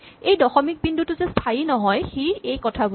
এই দশমিক বিন্দুটো যে স্হায়ী নহয় ই সেইকথা বুজায়